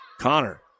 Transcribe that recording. Connor